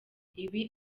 ibi